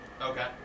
Okay